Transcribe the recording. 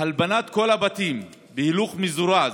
הלבנת כל הבתים בהליך מזורז,